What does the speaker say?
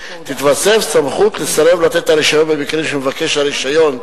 תתווסף סמכות לסרב לתת את הרשיון במקרים שמבקש הרשיון,